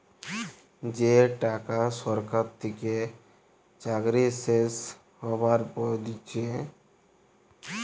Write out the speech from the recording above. যে টাকা সরকার থেকে চাকরি শেষ হ্যবার পর দিচ্ছে